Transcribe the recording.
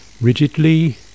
rigidly